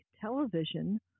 television